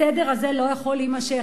הסדר הזה לא יכול להימשך.